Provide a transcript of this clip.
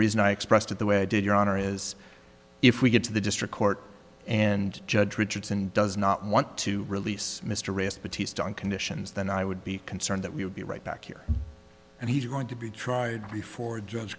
reason i expressed it the way i did your honor is if we get to the district court and judge richardson does not want to release mr ray's but he's done conditions then i would be concerned that we will be right back here and he's going to be tried before judge